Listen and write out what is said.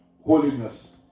Holiness